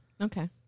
Okay